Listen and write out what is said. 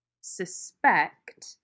suspect